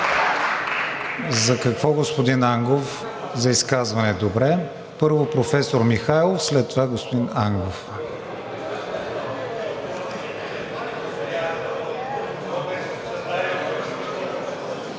За какво, господин Ангов, за изказване? Добре. Първо, професор Михайлов, след това господин Ангов.